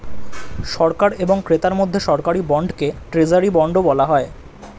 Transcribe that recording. সরকার এবং ক্রেতার মধ্যে সরকারি বন্ডকে ট্রেজারি বন্ডও বলা হয়